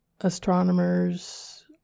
astronomers